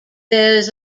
bears